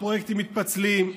הפרויקטים מתפצלים,